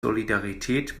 solidarität